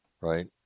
right